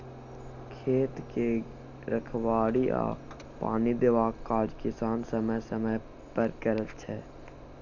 खेत के रखबाड़ी आ पानि देबाक काज किसान समय समय पर करैत छै